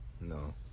no